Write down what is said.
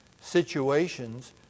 situations